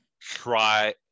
try